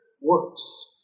works